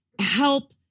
help